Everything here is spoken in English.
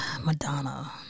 Madonna